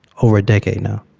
over a decade now.